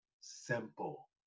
simple